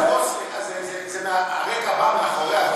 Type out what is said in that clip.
הרקע בא מאחוריה,